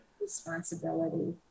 Responsibility